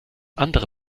andere